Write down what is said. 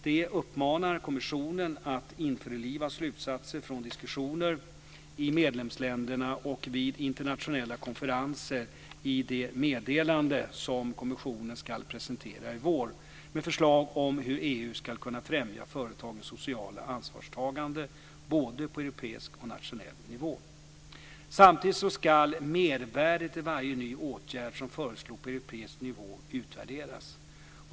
Man uppmanar kommissionen att införliva slutsatserna från diskussioner i medlemsländerna och vid internationella konferenser i det meddelande som kommissionen ska presentera i vår, med förslag om hur EU skulle kunna främja företagens sociala ansvarstagande både på europeisk och nationell nivå. Samtidigt ska mervärdet i varje ny åtgärd som föreslås på europeisk nivå utvärderas.